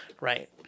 right